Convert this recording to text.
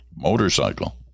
motorcycle